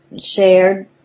shared